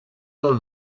del